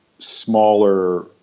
smaller